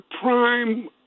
prime